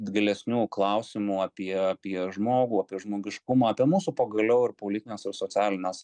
gilesnių klausimų apie apie žmogų apie žmogiškumą apie mūsų pagaliau ir politines ir socialines